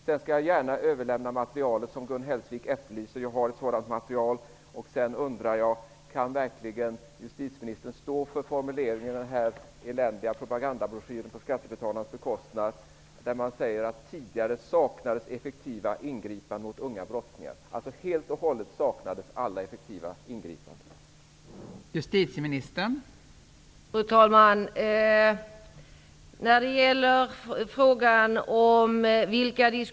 Jag överlämnar gärna det material som Gun Hellsvik efterlyser, för jag har ett sådant material. Sedan undrar jag: Kan justitieministern verkligen stå för formuleringen i den här eländiga propagandabroschyren på skattebetalarnas bekostnad? Man säger: Tidigare saknades effektiva ingripanden mot unga brottslingar. Det skulle alltså betyda att effektiva ingripanden saknades helt och hållet.